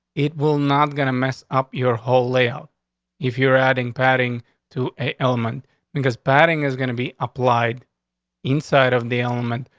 it will not gonna mess up your whole layout if you're adding padding to a element because batting is gonna be applied inside of the element,